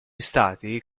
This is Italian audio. stati